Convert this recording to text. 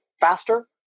faster